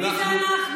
מי זה "אנחנו"?